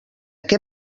què